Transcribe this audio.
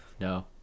No